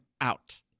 out